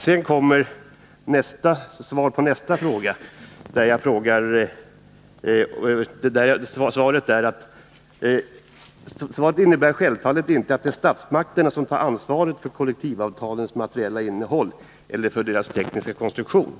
Sedan kommer jag till svaret på nästa fråga, där arbetsmarknadsministern säger att statsmakterna självfallet inte tar ansvaret för kollektivavtalens materiella innehåll eller för deras tekniska konstruktion.